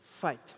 fight